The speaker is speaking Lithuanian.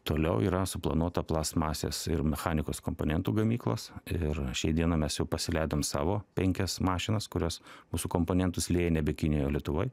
toliau yra suplanuota plastmasės ir mechanikos komponentų gamyklos ir šiai dienai mes jau pasileidom savo penkias mašinas kurios mūsų komponentus lieja nebe kinijoj o lietuvoj